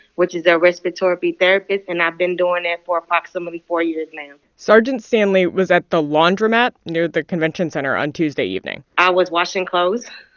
which is a respiratory therapist, and i've been doing that for approximately four years now sergeant stanley was at the laundromat near the convention center on tuesday evening. i was washing clothes.